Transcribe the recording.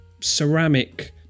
ceramic